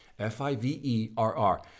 F-I-V-E-R-R